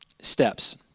steps